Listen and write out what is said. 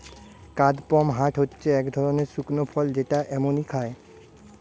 কাদপমহাট হচ্ছে এক ধরনের শুকনো ফল যেটা এমনই খায়